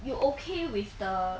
you okay with the